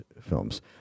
films